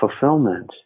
fulfillment